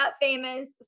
famous